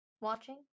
watching